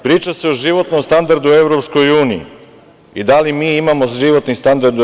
Priča se o životnom standardu u EU i da li mi imamo životni standard u EU?